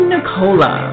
Nicola